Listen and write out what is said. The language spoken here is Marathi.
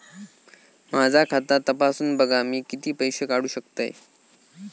माझा खाता तपासून बघा मी किती पैशे काढू शकतय?